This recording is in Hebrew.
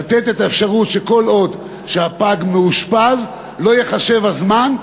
לתת את האפשרות שכל עוד שהפג מאושפז לא ייחשב הזמן,